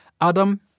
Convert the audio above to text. adam